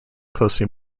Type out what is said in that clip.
closely